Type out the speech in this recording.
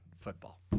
football